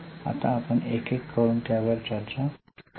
आता आपण एक एक करून त्यावर चर्चा करूया